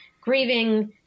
grieving